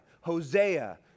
Hosea